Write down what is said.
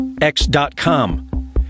x.com